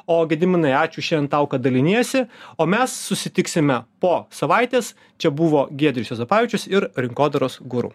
o gediminai ačiū šiandien tau kad daliniesi o mes susitiksime po savaitės čia buvo giedrius juozapavičius ir rinkodaros guru